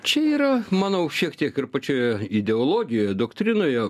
čia yra manau šiek tiek ir pačioje ideologijoje doktrinoje